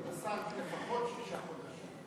כבוד השר, לפחות שישה חודשים.